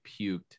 puked